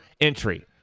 entry